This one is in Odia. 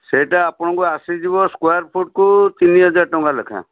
ସେଇଟା ଆପଣଙ୍କୁ ଆସିଯିବ ସ୍କୋୟାର ଫୁଟ୍କୁ ତିନି ହଜାର ଟଙ୍କା ଲେଖାଏଁ